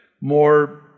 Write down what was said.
more